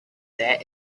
there